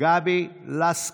גבי לסקי.